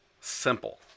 simple